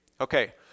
Okay